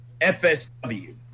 FSW